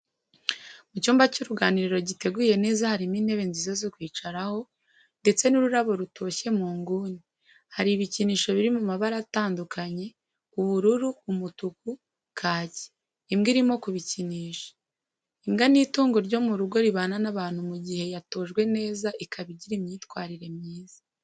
Mu cyumba cy'uruganiriro giteguye neza harimo intebe nziza zo kwicaraho, ndetse n'ururabo rutoshye mu nguni, hari ibikinisho biri mu mabara atandukanye ubururu, umutuku, kaki imbwa irimo kubikinsha. Imbwa ni itungo ryo mu rugo ribana n'abantu mu gihe yatojwe neza ikaba igira imyitwarire myiza.